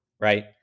right